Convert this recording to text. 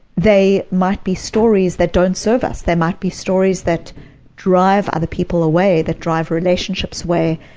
they might be stories that don't serve us, they might be stories that drive other people away, that drive relationships away,